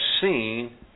seen